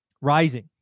rising